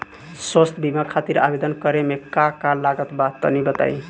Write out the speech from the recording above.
स्वास्थ्य बीमा खातिर आवेदन करे मे का का लागत बा तनि बताई?